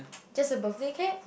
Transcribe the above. just a birthday cake